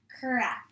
Correct